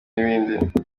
n’ibindi